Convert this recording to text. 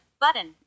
Button